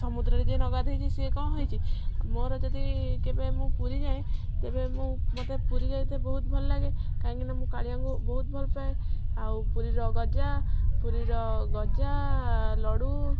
ସମୁଦ୍ରରେ ଯିଏ ନ ଗାଧେଇଛି ସିଏ କ'ଣ ହେଇଛି ମୋର ଯଦି କେବେ ମୁଁ ପୁରୀ ଯାଏଁ ତେବେ ମୁଁ ମୋତେ ପୁରୀ ଯାଇତେ ବହୁତ ଭଲ ଲାଗେ କାହିଁକିନା ମୁଁ କାଳିଆକୁ ବହୁତ ଭଲପାଏ ଆଉ ପୁରୀର ଗଜା ପୁରୀର ଗଜା ଲଡ଼ୁ